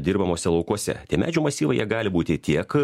dirbamuose laukuose tie medžių masyvai jie gali būti tiek